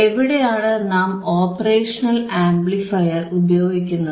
എവിടെയാണ് നാം operational amplifier ഉപയോഗിക്കുന്നത്